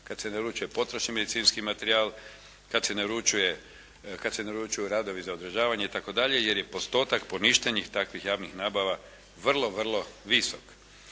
kad se naručuje potrošni medicinski materijal, kad se naručuju radovi za održavanje itd. jer je postotak poništenih takvih javnih nabava vrlo visok.